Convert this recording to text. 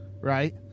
right